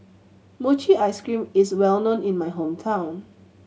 mochi ice cream is well known in my hometown